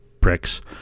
pricks